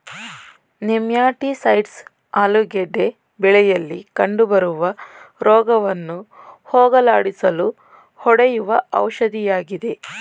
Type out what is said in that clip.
nematicides ಆಲೂಗೆಡ್ಡೆ ಬೆಳೆಯಲಿ ಕಂಡುಬರುವ ರೋಗವನ್ನು ಹೋಗಲಾಡಿಸಲು ಹೊಡೆಯುವ ಔಷಧಿಯಾಗಿದೆ